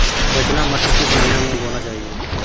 रचना मटर किस महीना में बोना चाहिए?